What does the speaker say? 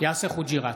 יאסר חוג'יראת,